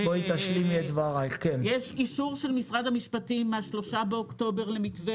יש אישור של משרד המשפטים מה-3 באוקטובר למתווה